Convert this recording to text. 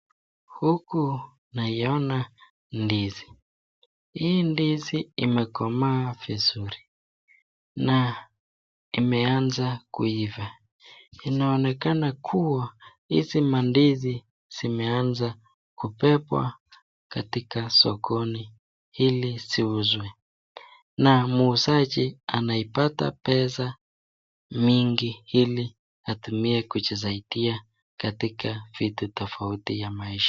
Huku naiona ndizi. Hii ndizi imekomaa vizuri na imeanza kuiva. Inaonekana kuwa hizi mandizi zimeanza kubebwa katika sokoni ili ziuzwe na muuzaji anaipata pesa mingi ili atumie kujisaidiya katika vitu tofauti ya maisha.